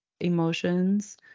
emotions